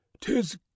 Tis